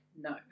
no